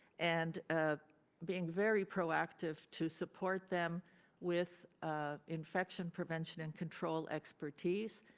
and ah being very proactive to support them with ah infection prevention and control expertise,